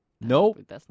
Nope